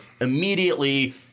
immediately